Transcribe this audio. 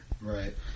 Right